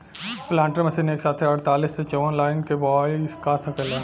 planter machine एक साथे अड़तालीस से चौवन लाइन के बोआई क सकेला